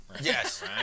Yes